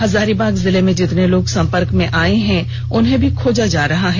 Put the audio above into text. हजारीबाग जिले में जितने लोग संपर्क में आए हैं उन्हें भी खोजा जा रहा है